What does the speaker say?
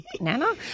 Nana